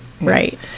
Right